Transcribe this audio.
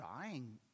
dying